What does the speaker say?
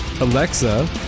Alexa